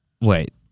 Wait